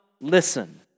listen